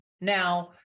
Now